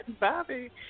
Bobby